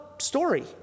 story